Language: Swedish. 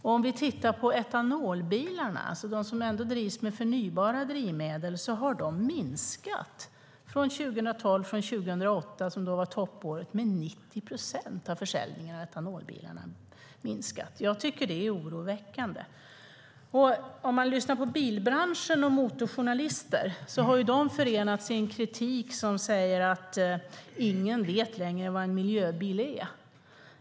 Försäljningen av etanolbilar, som ändå drivs med förnybara drivmedel, har minskat med 90 procent sedan 2008, som var toppåret. Jag tycker att det är oroväckande. Bilbranschen och motorjournalister har förenats i en kritik som säger att ingen längre vet vad en miljöbil är.